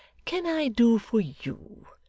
can i do for you?